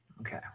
Okay